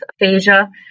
aphasia